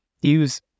use